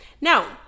Now